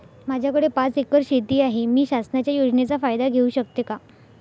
माझ्याकडे पाच एकर शेती आहे, मी शासनाच्या योजनेचा फायदा घेऊ शकते का?